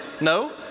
no